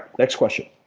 next question.